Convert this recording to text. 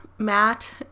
Matt